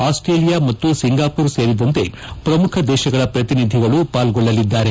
Australia ಮತ್ತು ಸಿಂಗಾಪುರ ಸೇರಿದಂತೆ ಪ್ರಮುಖ ದೇಶಗಳ ಪ್ರತಿನಿಧಿಗಳು ಪಾಲ್ಗೊಳ್ಳಲಿದ್ದಾರೆ